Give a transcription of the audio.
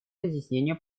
разъяснения